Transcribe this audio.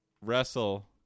wrestle